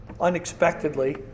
unexpectedly